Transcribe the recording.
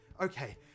Okay